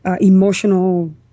emotional